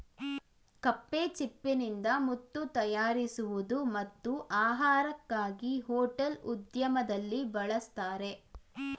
ಕಪ್ಪೆಚಿಪ್ಪಿನಿಂದ ಮುತ್ತು ತಯಾರಿಸುವುದು ಮತ್ತು ಆಹಾರಕ್ಕಾಗಿ ಹೋಟೆಲ್ ಉದ್ಯಮದಲ್ಲಿ ಬಳಸ್ತರೆ